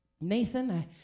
Nathan